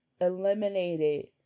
eliminated